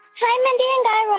hi, mindy and guy